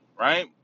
Right